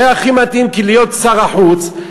שהיה הכי מתאים להיות שר החוץ,